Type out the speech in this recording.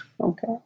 Okay